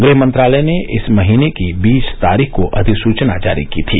गृह मंत्रालय ने इस महीने की बीस तारीख को अधिसूचना जारी की थी